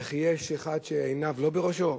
וכי יש אחד שעיניו לא בראשו?